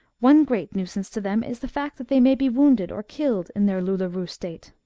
one great nuisance to them is the fact that they may be wounded or killed in their louleerou state.